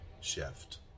shift